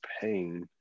pain